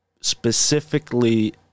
specifically